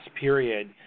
period